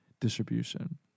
distribution